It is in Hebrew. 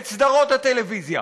את סדרות הטלוויזיה.